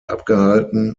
abgehalten